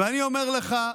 ואני אומר לך,